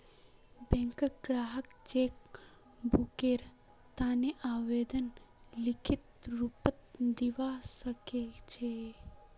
बैंकत ग्राहक चेक बुकेर तने आवेदन लिखित रूपत दिवा सकछे